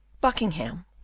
Buckingham